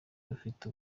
rufite